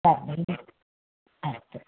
ಹಾಂ ಬನ್ರಿ ಆಯಿತು